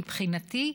מבחינתי,